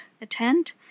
attend